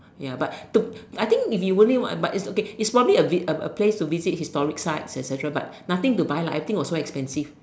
ya but the I think if you only want but it's okay is probably a bit a a place to visit historic site et-cetera but nothing to buy lah everything was so expensive